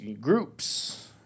groups